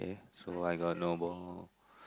so I got no ball